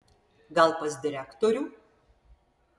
gal pas direktorių